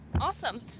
Awesome